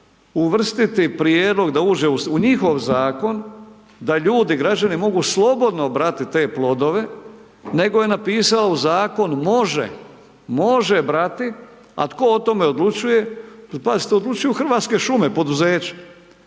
uvrstiti prijedlog da uđe u njihov zakon da ljudi, građani mogu slobodno brati te plodove, nego je napisala u zakon može, može brati a tko o tome odlučuje, jer pazite odlučuju Hrvatske šume poduzeće,